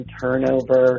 turnover